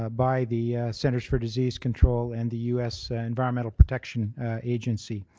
ah by the centres for disease control and the u s. environmental protection agency.